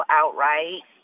outright